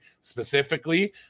specifically